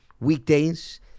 weekdays